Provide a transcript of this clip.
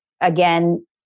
again